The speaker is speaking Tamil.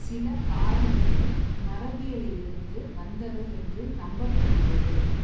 சில காரணிகள் மரபியலிலிருந்து வந்தவை என்று நம்பப்படுகிறது